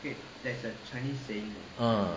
ah